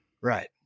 Right